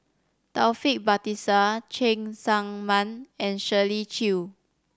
Taufik Batisah Cheng Tsang Man and Shirley Chew